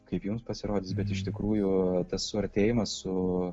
kaip jums pasirodys bet iš tikrųjų tas suartėjimas su